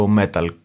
metal